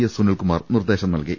S Sunil Kumar നിർദേശം നൽകി